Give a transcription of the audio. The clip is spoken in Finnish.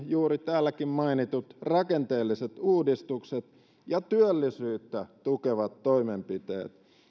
juuri täälläkin mainitut rakenteelliset uudistukset ja työllisyyttä tukevat toimenpiteet